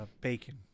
bacon